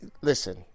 Listen